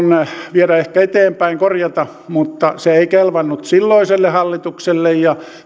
ehkä viedä eteenpäin korjata mutta se ei kelvannut silloiselle hallitukselle ja